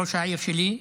ראש העיר שלי.